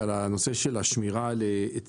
זה על הנושא של השמירה על עצים,